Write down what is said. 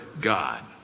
God